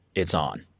it's on.